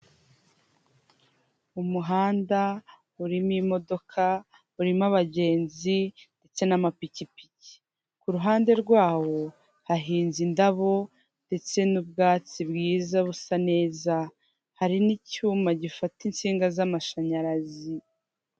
Umuhanda urimo imodoka urimo abagenzi ndetse n'amapikipiki ku ruhande rwawo hahinze indabo ndetse n'ubwatsi bwiza busa neza hari n'icyuma gifata insinga z'amashanyarazi .